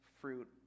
fruit